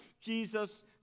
Jesus